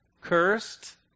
cursed